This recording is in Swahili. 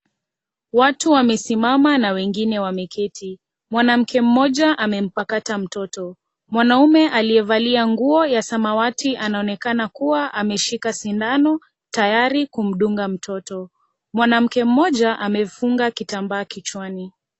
Watu wamesimama na wengine wameketi, mwanamke mmoja amempakata mtoto, mwanaume aliyevalia nguo ya samawati anaonekana kuwa ameshika shindano tayari kumdunga mtoto, mwanamke mmoja amefunga kitambaa kichwani.